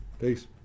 Peace